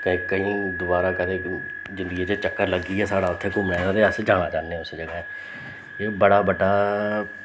केईं दबारा कदें जिंदगी च चक्कर लग्गी जा साढ़ा उत्थें घूमने दा तां अस जाना चाह्न्ने आं उस जगह् एह् बड़ा बड्डा